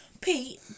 Pete